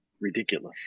ridiculous